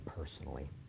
personally